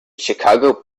chicago